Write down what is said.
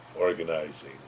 organizing